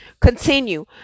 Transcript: continue